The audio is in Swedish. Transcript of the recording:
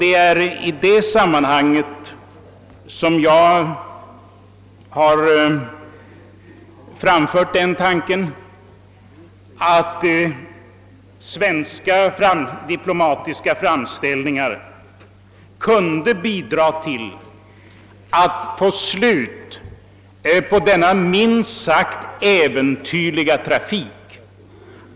Det är i det sammanhanget som jag framförde tanken, att svenska diplomatiska framställningar kunde bidra till att få slut på denna minst sagt äventyrliga trafik.